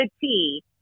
tea